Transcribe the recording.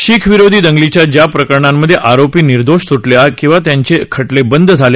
शिख विरोधी दंगलीच्या ज्या प्रकरणांमधे आरोपी निर्दोष सूटले किंवा त्यांचे खटले बंद झाले